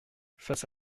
face